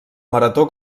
marató